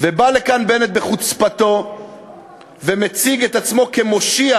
ובא לכאן בנט בחוצפתו ומציג את עצמו כמושיע.